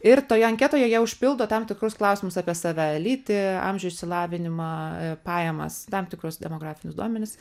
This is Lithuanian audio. ir toje anketoje jie užpildo tam tikrus klausimus apie save lytį amžių išsilavinimą pajamas tam tikrus demografinius duomenis